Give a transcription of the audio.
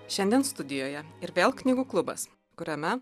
šiandien studijoje ir vėl knygų klubas kuriame